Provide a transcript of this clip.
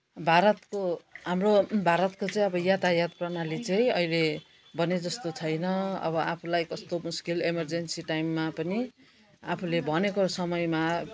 भारतको हाम्रो भारतको चाहिँ अब यातायात प्रणाली चाहिँ अहिले भने जस्तो छैन अब आफूलाई कस्तो मुस्किल एमर्जेन्सी टाइममा पनि आफूले भनेको समयमा